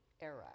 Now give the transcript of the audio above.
era